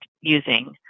using